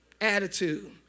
Attitude